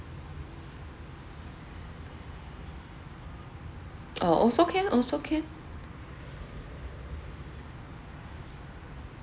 orh also can also can